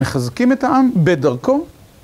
מחזקים את העם בדרכו.